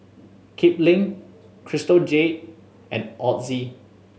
Kipling Crystal Jade and Ozi